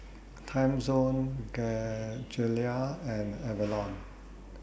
Timezone Gelare and Avalon